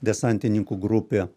desantininkų grupė